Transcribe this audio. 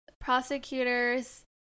prosecutors